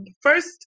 first